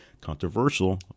Controversial